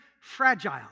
fragile